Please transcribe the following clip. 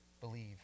believe